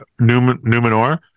Numenor